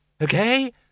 Okay